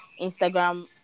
Instagram